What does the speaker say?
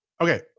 Okay